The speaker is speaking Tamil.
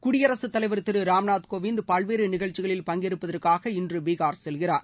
குடியரசுத் தலைவர் திரு ராம்நாத் கோவிந்த் பல்வேறு நிகழ்ச்சிகளில் பங்கேற்பதற்காக இன்று பீகார் செல்கிறார்